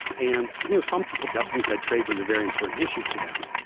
and you know some people definitely said trade was a very important issue to them,